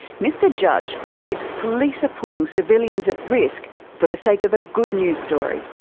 mr judge believes police are putting civilians at risk for the sake of a good news story.